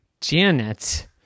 Janet